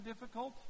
difficult